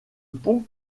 pont